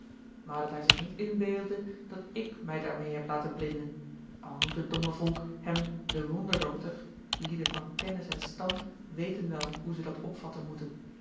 maar dat hij zich niet inbeelde dat ik mij daarmeê heb laten blinden al noemt het domme volk hem den wonderdokter lieden van kennis en stand weten wel hoe ze dat opvatten moeten